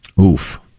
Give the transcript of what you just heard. Oof